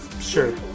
sure